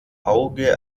auge